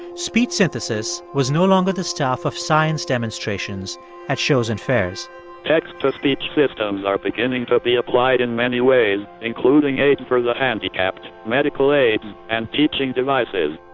speech synthesis was no longer the stuff of science demonstrations at shows and fairs text-to-speech systems are beginning to be applied in many ways, including aids for the handicapped, medical aids and teaching devices.